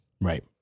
Right